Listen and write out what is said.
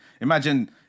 Imagine